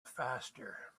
faster